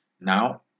Now